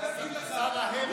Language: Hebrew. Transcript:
שר ההבל.